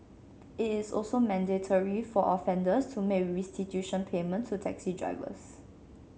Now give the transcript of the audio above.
it is also mandatory for offenders to make restitution payment to taxi drivers